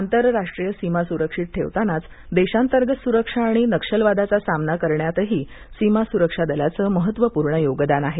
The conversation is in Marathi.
आंतरराष्ट्रीय सीमा सुरक्षित ठेवतानाच देशातर्गत सुरक्षा आणि नक्षलवादाचा सामना करण्यात सीमा सुरक्षा दलाचं महत्वपूर्ण योगदान आहे